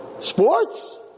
Sports